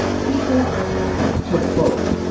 people go to vote,